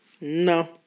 no